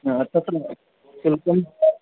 हा तत्र शुल्कं